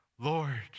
Lord